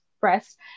breast